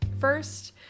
First